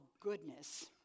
goodness